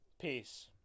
Peace